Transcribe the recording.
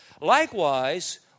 Likewise